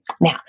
Now